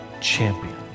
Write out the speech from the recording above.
champion